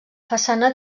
façana